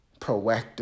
proactive